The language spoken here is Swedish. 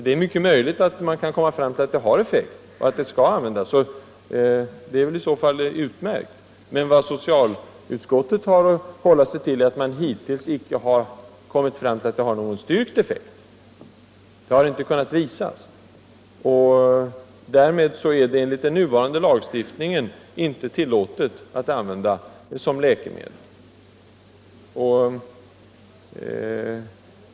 Det är mycket möjligt att man kan komma fram till att medlen har effekt och skall användas. Det är i så fall utmärkt. Men vad socialutskottet har att hålla sig till, är att de hittills inte har visats ha styrkt effekt. Därmed är det enligt nuvarande lagstiftning inte tillåtet att använda de medlen som läkemedel.